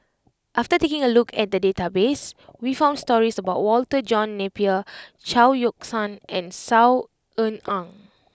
after taking a look at the database we found stories about Walter John Napier Chao Yoke San and Saw Ean Ang